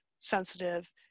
sensitive